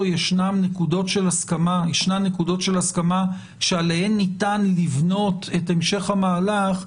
ישנן נקודות של הסכמה שעליהן ניתן לבנות את המשך המהלך,